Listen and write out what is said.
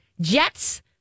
Jets